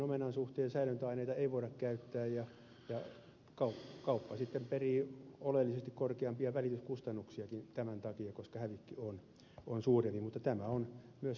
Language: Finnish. kotimaisissa omenissa säilöntäaineita ei voida käyttää ja kauppa sitten perii oleellisesti korkeampia välityskustannuksiakin tämän takia koska hävikki on suurempi mutta tämä on sitten myös laatu ja turvallisuuskysymys